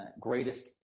greatest